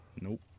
Nope